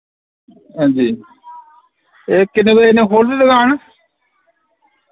हां जी ए किन्ने बजे नै खोलदे दकान